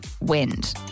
wind